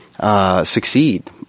Succeed